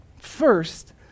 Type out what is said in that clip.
first